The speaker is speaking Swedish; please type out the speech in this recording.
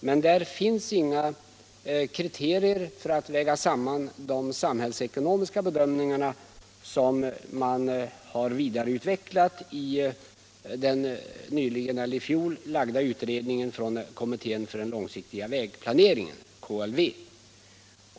Men där finns inga kriterier för att lägga samman de samhällsekonomiska bedömningar som har vidareutvecklats i den i fjol framlagda utredningen från kommittén för den långsiktiga vägplaneringen, KLV.